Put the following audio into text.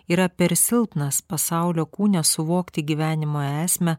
yra per silpnas pasaulio kūne suvokti gyvenimo esmę